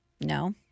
No